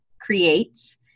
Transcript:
creates